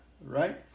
right